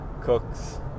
cooks